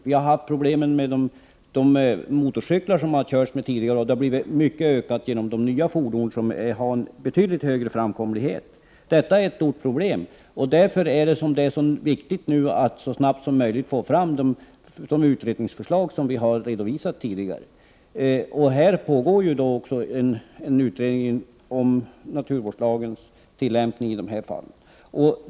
Det har varit problem med de motorcyklar som har använts tidigare, och problemen har ökat med tillkomsten av de nya fordonen, som har en betydligt större framkomlighet. Därför är det viktigt att så snabbt som möjligt få fram de utredningsförslag som vi tidigre har redovisat. Det pågår också en utredning om naturvårdslagens tillämpning i dessa fall.